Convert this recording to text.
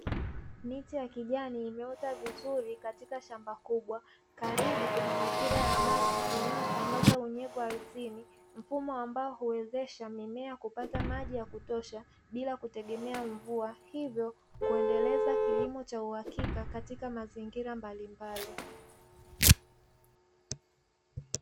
Miti ya kijani imeota vizuri katika shamba kubwa, karibu kuna mipira ya maji inayosambaza unyevu ardhini mfumo ambao huwezesha mimea kupata maji ya kutosha bila kutegemea mvua, hivyo kuendeleza kilimo cha uhakika katika mazingira mbalimbali.